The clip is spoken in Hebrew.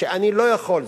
שאני לא יכול.